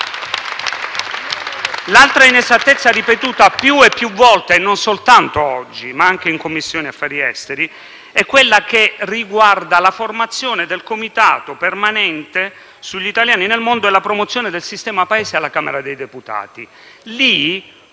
L'altra inesattezza ripetuta più e più volte, non soltanto oggi, ma anche in Commissione affari esteri, emigrazione, riguarda la formazione del Comitato permanente sugli italiani nel mondo e la promozione del sistema Paese alla Camera dei deputati.